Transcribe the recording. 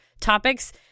topics